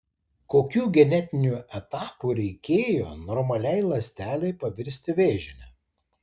kokių genetinių etapų reikėjo normaliai ląstelei pavirsti vėžine